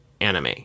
anime